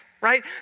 right